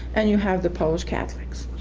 and you have the polish catholics,